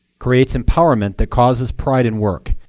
creates empowerment that causes pride in work.